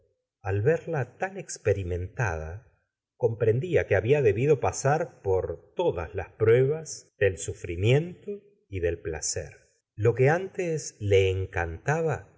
al verla tan experimentada comprendía que había debido pasar por todas las pruebas del sufrimiento y del placer lo que antes le encantaba